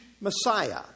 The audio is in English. Messiah